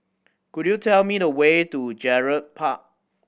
could you tell me the way to Gerald Park